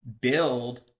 build